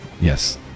Yes